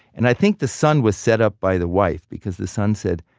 and i think the son was set up by the wife, because the son said,